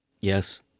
Yes